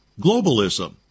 globalism